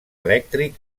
elèctric